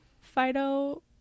Fido